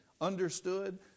understood